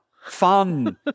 Fun